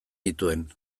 nituen